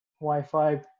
Wi-Fi